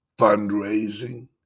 fundraising